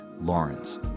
Lawrence